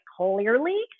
Clearly